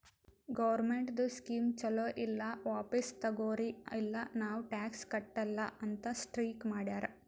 ಗೌರ್ಮೆಂಟ್ದು ಸ್ಕೀಮ್ ಛಲೋ ಇಲ್ಲ ವಾಪಿಸ್ ತಗೊರಿ ಇಲ್ಲ ನಾವ್ ಟ್ಯಾಕ್ಸ್ ಕಟ್ಟಲ ಅಂತ್ ಸ್ಟ್ರೀಕ್ ಮಾಡ್ಯಾರ್